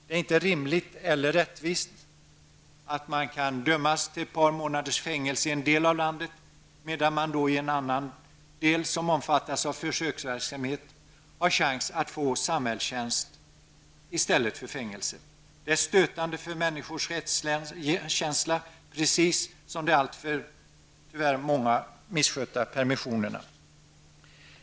Det är inte rimligt eller rättvist att man kan dömas till ett par månaders fängelse i en del av landet medan man i en annan del, som omfattas av försöksverksamheten, har chans att få samhällstjänst i stället för fängelse. Det är stötande för människors rättskänsla, precis som de tyvärr alltför många misskötta permissionerna.